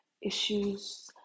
issues